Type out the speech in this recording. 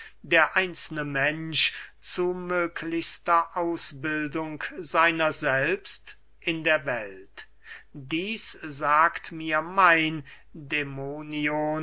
der einzelne mensch zu möglichstes ausbildung seiner selbst in der welt dieß sagt mir mein dämonion